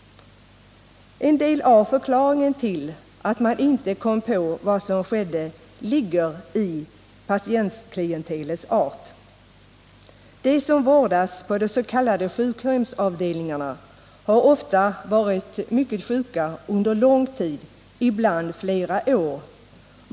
En del av förklaringen till att man inte kom på vad som skedde ligger i patientklientelets art. De som vårdas på de s.k. sjukhemsavdelningarna har ofta varit mycket sjuka under lång tid, ibland flera år.